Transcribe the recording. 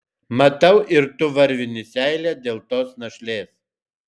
matau ir tu varvini seilę dėl tos našlės